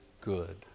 good